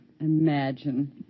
imagine